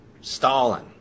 Stalin